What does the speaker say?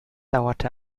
dauerte